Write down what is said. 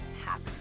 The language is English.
happy